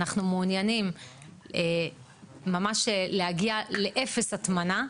ואנחנו מעוניינים להגיע ל-0 הטמנה.